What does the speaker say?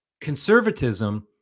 conservatism